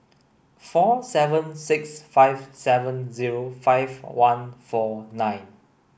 four seven six five seven zero five one four nine